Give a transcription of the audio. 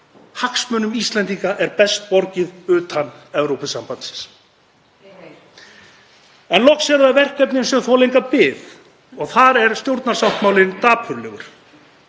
Hagsmunum Íslendinga er best borgið utan Evrópusambandsins. En loks eru það verkefnin sem þola enga bið og þar er stjórnarsáttmálinn dapurlegur.